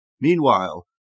Meanwhile